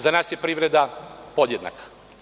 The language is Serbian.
Za nas je privreda podjednaka.